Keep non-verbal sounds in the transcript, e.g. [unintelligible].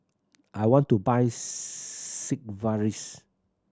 I want to buy [unintelligible] Sigvaris